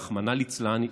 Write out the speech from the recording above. רחמנא ליצלן,